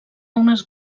unes